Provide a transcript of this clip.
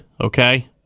okay